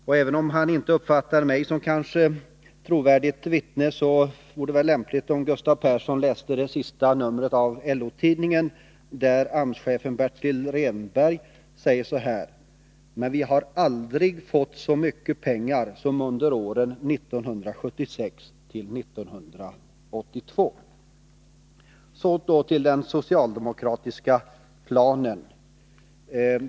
Om Gustav Persson kanske inte uppfattar mig som ett trovärdigt vittne, vore det lämpligt om han läste det senaste numret av LO-tidningen, där AMS-chefen Bertil Rehnberg säger så här: ”Men vi har aldrig fått så mycket pengar som under åren 1976-1982.” Så till den socialdemokratiska planen.